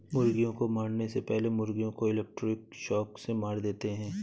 मुर्गियों को मारने से पहले मुर्गियों को इलेक्ट्रिक शॉक से मार देते हैं